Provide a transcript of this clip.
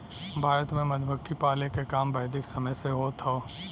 भारत में मधुमक्खी पाले क काम वैदिक समय से होत हौ